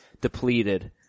depleted